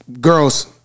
Girls